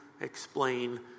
explain